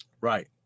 Right